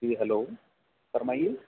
جی hello فرمائیے